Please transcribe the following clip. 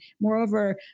moreover